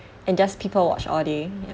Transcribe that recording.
and just people watch all day